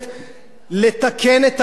לתקן את העניין הזה.